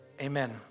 amen